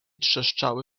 trzeszczały